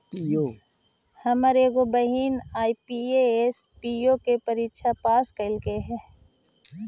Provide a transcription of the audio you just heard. हमर एगो बहिन आई.बी.पी.एस, पी.ओ के परीक्षा पास कयलइ हे